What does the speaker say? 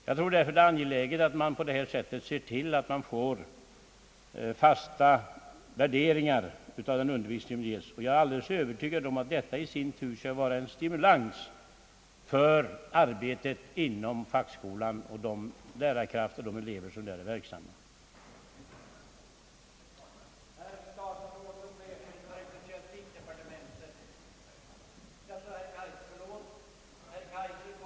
Jag tror därför att det är angeläget att man ser till att man får fasta värderingar av den undervisning som ges, och jag är alldeles övertygad om att detta i sin tur skall vara en stimulans för arbetet inom fackskolan och för de lärarkrafter som är verksamma där.